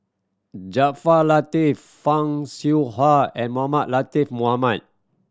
Jaafar Latiff Fan Shao Hua and Mohamed Latiff Mohamed